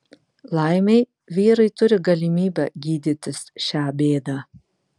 laimei vyrai turi galimybę gydytis šią bėdą